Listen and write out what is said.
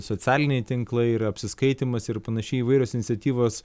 socialiniai tinklai ir apsiskaitymas ir panašiai įvairios iniciatyvos